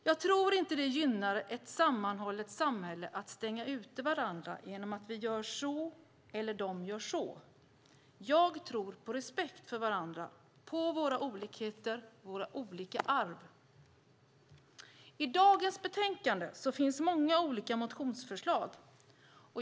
Jag tror inte att det gynnar ett sammanhållet samhälle att stänga ute varandra genom att säga att vi gör så, eller de gör så. Jag tror på respekt för varandra, för våra olikheter och våra olika arv. I dagens betänkande finns många olika motionsförslag.